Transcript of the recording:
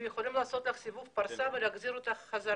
הם יכולים לעשות לך סיבוב פרסה ולהחזיר אותך לארץ.